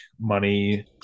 Money